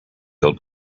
old